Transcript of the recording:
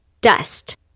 dust